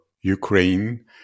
Ukraine